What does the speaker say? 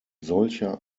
solcher